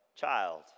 child